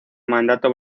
mandato